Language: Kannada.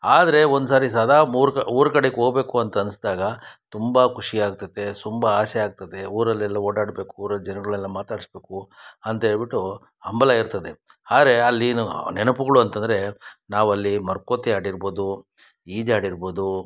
ಆದರೆ ಒಂದುಸಾರಿ ಸದಾ ಊರು ಕ ಊರು ಕಡೆಗ್ ಹೋಗ್ಬೇಕು ಅಂತ ಅನಿಸ್ದಾಗ ತುಂಬ ಖುಷಿ ಆಗ್ತೈತೆ ತುಂಬ ಆಸೆ ಆಗ್ತದೆ ಊರಲ್ಲೆಲ್ಲ ಓಡಾಡಬೇಕು ಊರಲ್ಲಿ ಜನಗಳೆಲ್ಲ ಮಾತಾಡಿಸ್ಬೇಕು ಅಂತ ಹೇಳ್ಬಿಟ್ಟು ಹಂಬಲ ಇರ್ತದೆ ಆದರೆ ಅಲ್ಲಿನ ನೆನಪುಗಳು ಅಂತಂದರೆ ನಾವು ಅಲ್ಲಿ ಮರಕೋತಿ ಆಡಿರ್ಬೋದು ಈಜಾಡಿರ್ಬೋದು